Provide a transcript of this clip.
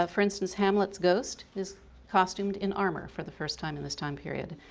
ah for instance hamlet's ghost is costumed in armour for the first time in this time period,